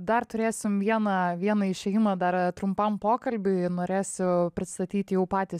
dar turėsim vieną vieną išėjimą dar trumpam pokalbiui norėsiu pristatyt jau patį